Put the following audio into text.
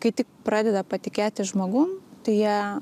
kai tik pradeda patikėti žmogum tai jie